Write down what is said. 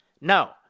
No